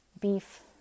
beef